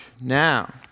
Now